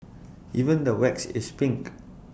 even the wax is pink